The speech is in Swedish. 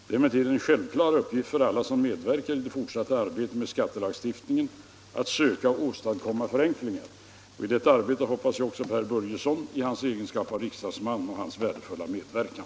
Det är emellertid en självklar uppgift för alla som medverkar i det fortsatta arbetet med skattelagstiftningen att söka åstadkomma förenklingar. I detta arbete hoppas jag också på herr Börjessons, i hans egenskap av riksdagsman, värdefulla medverkan.